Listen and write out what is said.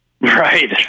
right